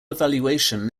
evaluation